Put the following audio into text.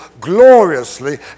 gloriously